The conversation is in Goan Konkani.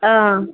आं